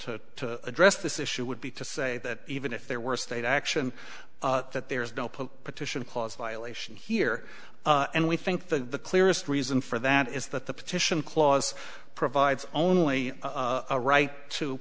to address this issue would be to say that even if there were state action that there is no petition clause violation here and we think the clearest reason for that is that the petition clause provides only a right to